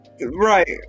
Right